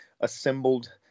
assembled